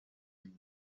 linii